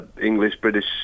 English-British